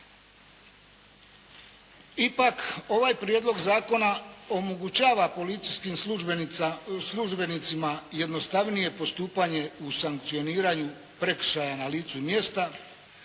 Ipak, ovaj prijedlog zakona omogućava policijskim službenicima jednostavnije postupanje u sankcioniranju prekršaja na licu mjesta,